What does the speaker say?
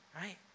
Right